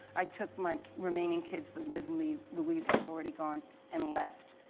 i took my remaining kids that lived me louise was already gone and left.